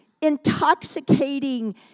intoxicating